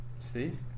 Steve